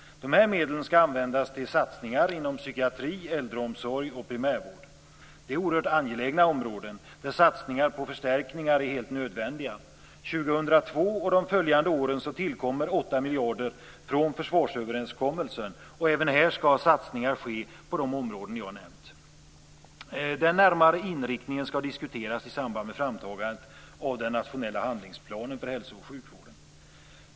Dessa medel ska användas till satsningar inom psykiatri, äldreomsorg och primärvård. Det är oerhört angelägna områden, där satsningar på förstärkningar är helt nödvändiga. 2002 och de följande åren tillkommer 8 miljarder från försvarsöverenskommelsen, och även här ska satsningar ske på de områden som jag har nämnt. Den närmare inriktningen ska diskuteras i samband med framtagandet av den nationella handlingsplanen för hälso och sjukvården.